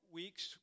weeks